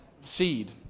seed